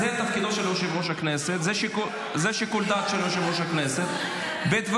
אתה כרגע משמש כאדם פוליטי ולא כיושב-ראש --- חבר